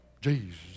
Jesus